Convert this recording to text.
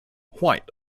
white